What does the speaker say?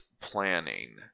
planning